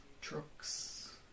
trucks